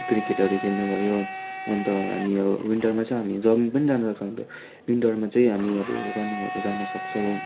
क्रिकेटहरू खेल्नु भयो अन्त हामी अब विन्टरमा चाहिँ हामी जगिङ पनि जानसक्छौँ अन्त विन्टरमा चाहिँ हामी अब रनिङहरू जानसक्छौँ